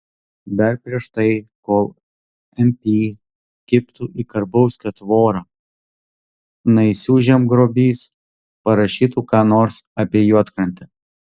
dar prieš tai kol mp kibtų į karbauskio tvorą naisių žemgrobys parašytų ką nors apie juodkrantę